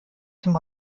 dem